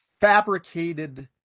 fabricated